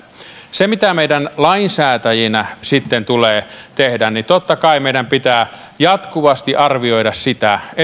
mitä meidän lainsäätäjinä sitten tulee tehdä totta kai meidän pitää jatkuvasti arvioida sitä